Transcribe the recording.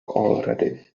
already